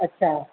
अच्छा